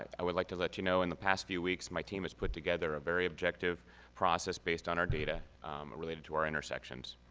i would like to let you know in the past few weeks my team has put together a very objective process based on our data related to our intersections.